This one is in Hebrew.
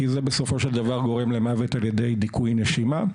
כי זה בסופו של דבר גורם למוות על ידי דיכוי נשימה.